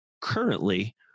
currently